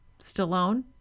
Stallone